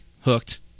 hooked